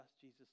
Jesus